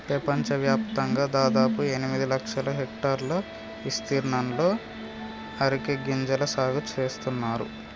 పెపంచవ్యాప్తంగా దాదాపు ఎనిమిది లక్షల హెక్టర్ల ఇస్తీర్ణంలో అరికె గింజల సాగు నేస్తున్నారు